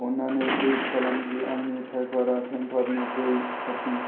अन्नानै टुइट खालामदि आंनि दाइपारआ पेम्पारनिफ्राय साबसिन